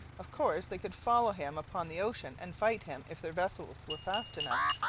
of course they could follow him upon the ocean and fight him if their vessels were fast enough,